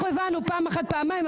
זה אנחנו הבנו פעם אחת ופעמיים,